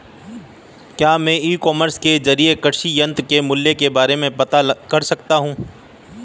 क्या मैं e commerce के ज़रिए कृषि यंत्र के मूल्य के बारे में पता कर सकता हूँ?